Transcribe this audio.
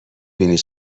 بینی